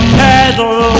pedal